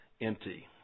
empty